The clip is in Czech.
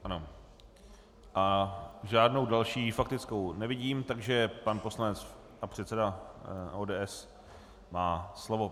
Ano a žádnou další faktickou nevidím, takže pan poslanec a předseda ODS má slovo.